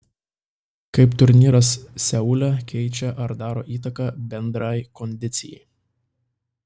kaip turnyras seule keičia ar daro įtaką bendrai kondicijai